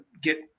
get